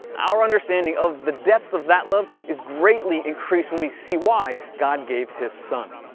our understanding of the depths of that love is greatly increased when we see why god gave his son.